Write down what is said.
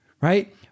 right